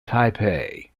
taipei